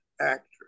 actress